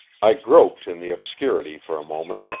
i groped in the obscurity for a moment,